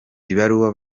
ibaruwa